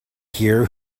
here